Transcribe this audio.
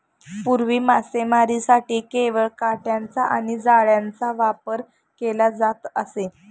पूर्वी मासेमारीसाठी केवळ काटयांचा आणि जाळ्यांचाच वापर केला जात असे